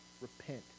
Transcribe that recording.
repent